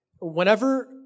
Whenever